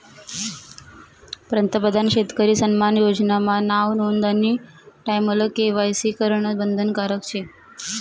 पंतप्रधान शेतकरी सन्मान योजना मा नाव नोंदानी टाईमले के.वाय.सी करनं बंधनकारक शे